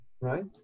right